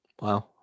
Wow